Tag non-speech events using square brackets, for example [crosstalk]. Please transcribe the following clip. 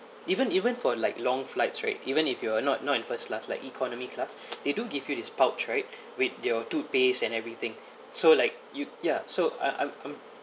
even even for like long flights right even if you are not not in first class like economy class they do give you this pouch right [breath] with your toothpaste and everything so like you ya so I I'm I'm